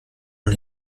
mal